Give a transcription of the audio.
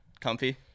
comfy